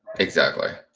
exactly.